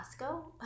costco